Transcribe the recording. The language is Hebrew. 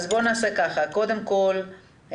קודם כול,